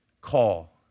call